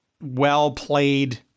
well-played